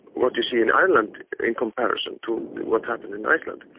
what you see in ireland in comparison to what happened in iceland,